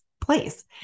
place